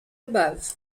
above